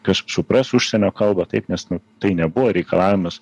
kas supras užsienio kalbą taip nes nu tai nebuvo reikalavimas